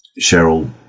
Cheryl